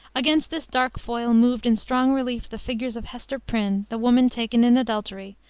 against this dark foil moved in strong relief the figures of hester prynne, the woman taken in adultery,